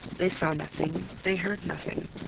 they saw nothing, they heard nothing.